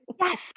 yes